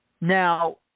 Now